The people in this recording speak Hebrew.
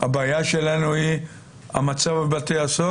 הבעיה שלנו היא הבעיה בבתי הסוהר,